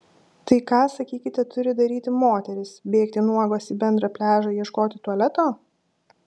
tai ką sakykite turi daryti moterys bėgti nuogos į bendrą pliažą ieškoti tualeto